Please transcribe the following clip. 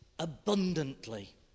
Abundantly